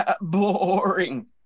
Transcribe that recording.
boring